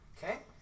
Okay